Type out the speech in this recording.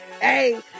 Hey